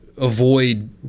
avoid